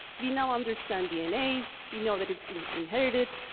we now understand dna. we know that it's inherited.